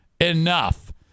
Enough